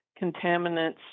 contaminants